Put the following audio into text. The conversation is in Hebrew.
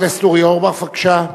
חבר הכנסת אורי אורבך, בבקשה,